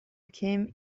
became